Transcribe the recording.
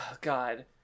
God